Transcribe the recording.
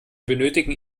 benötigen